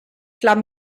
club